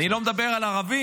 אני לא מדבר על הערבים,